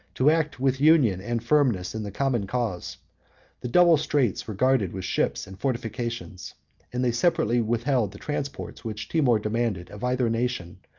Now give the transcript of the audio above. to act with union and firmness in the common cause the double straits were guarded with ships and fortifications and they separately withheld the transports which timour demanded of either nation,